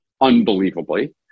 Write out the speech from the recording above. unbelievably